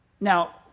Now